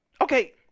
okay